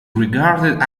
regarded